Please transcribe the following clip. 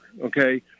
okay